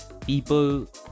people